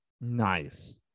nice